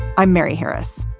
i'm mary harris.